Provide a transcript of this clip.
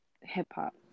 hip-hop